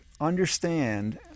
understand